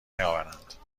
نیاورند